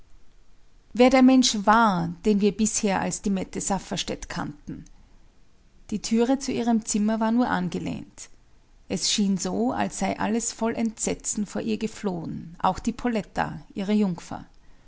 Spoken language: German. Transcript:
wer der mensch war den wir bisher als die mette safferstätt kannten die türe zu ihrem zimmer war nur angelehnt es schien so als sei alles voll entsetzen vor ihr geflohen auch die poletta ihre jungfer